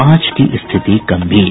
पांच की स्थिति गंभीर